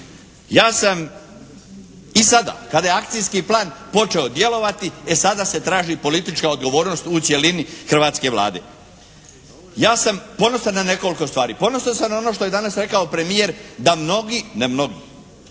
Ja sam i sada kada je akcijski plan počeo djelovati e sada se traži politička odgovornost u cjelini hrvatske Vlade. Ja sam ponosan na nekoliko stvari. Ponosan sam na ono što je danas rekao premijer da mnogi, ne mnogi,